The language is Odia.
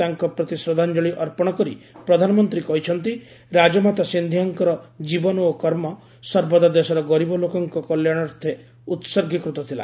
ତାଙ୍କ ପ୍ରତି ଶ୍ରଦ୍ଧାଞ୍ଜଳି ଅର୍ପର କରି ପ୍ରଧାନମନ୍ତ୍ରୀକହିଚ୍ଚନ୍ତି ରାଜମାତା ସିନ୍ଧିଆଙ୍କର ଜୀବନ ଓ କର୍ମ ସର୍ବଦା ଦେଶର ଗରିବଲୋକଙ୍କ କଲ୍ୟାଶାର୍ଥେ ଉତ୍ସର୍ଗୀକୃତ ଥିଲା